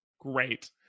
Great